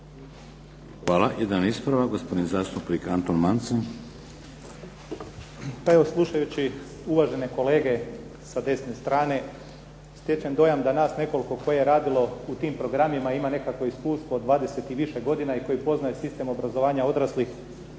Hvala. Jedan ispravak, gospodin zastupnik Antun Mance. **Mance, Anton (HDZ)** Pa evo slušajući uvažene kolege sa desne strane, stječem dojam da nas nekoliko tko je radio u tim programima ima nekako iskustvo 20 i više godina i koji poznaje sistem obrazovanja odraslih